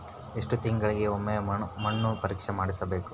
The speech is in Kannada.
ಎಷ್ಟು ತಿಂಗಳಿಗೆ ಒಮ್ಮೆ ಮಣ್ಣು ಪರೇಕ್ಷೆ ಮಾಡಿಸಬೇಕು?